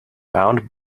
bound